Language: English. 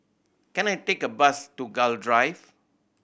can I take a bus to Gul Drive